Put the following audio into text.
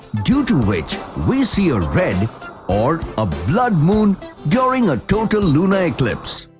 due to which we see a red or a blood moon during a total lunar eclipse.